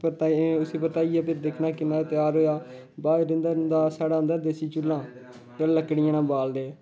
परताइयै उस्सी परताइयै फिर दिक्खना किन्ना त्यार होएआ बाद च रैंह्दा रैंह्दा साढ़े होंदा देस्सी चुल्हा जेह्ड़ा लकड़ियें नै बालदे